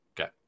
Okay